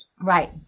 Right